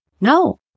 No